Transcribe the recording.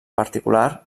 particular